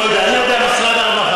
לא יודע, אני יודע על משרד הרווחה.